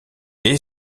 est